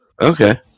okay